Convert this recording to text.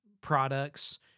products